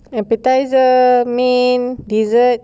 appetiser main dessert